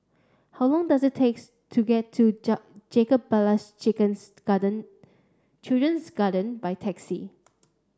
how long does it takes to get to Jacob Ballas Chichen's Garden Children's Garden by taxi